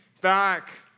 back